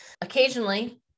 Occasionally